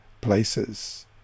places